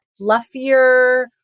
fluffier